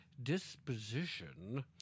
disposition